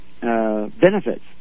benefits